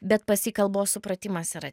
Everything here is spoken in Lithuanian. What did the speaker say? bet pas jį kalbos supratimas yra